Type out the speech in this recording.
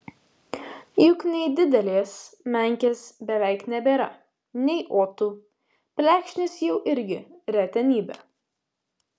juk nei didelės menkės beveik nebėra nei otų plekšnės jau irgi retenybė